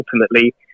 ultimately